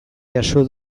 jaso